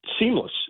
seamless